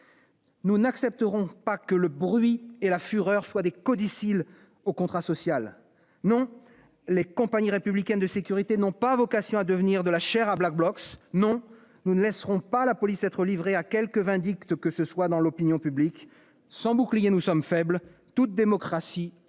nous n'accepterons pas que le bruit et la fureur soient des codicilles au contrat social. Non, les CRS n'ont pas vocation à devenir de la chair à Black Blocs. Non, nous ne laisserons pas la police être livrée à quelque vindicte que ce soit dans l'opinion publique. Sans bouclier, nous sommes faibles. Toute démocratie le sait